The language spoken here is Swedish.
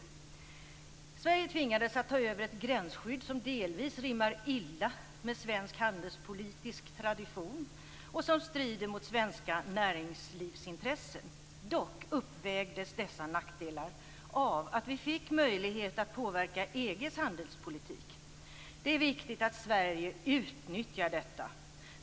Sverige tvingades att ta över ett gränsskydd som delvis rimmar illa med svensk handelspolitisk tradition och som strider mot svenska näringslivsintressen. Dock uppvägdes dessa nackdelar av att vi fick möjlighet att påverka EG:s handelspolitik. Det är viktigt att Sverige utnyttjar detta.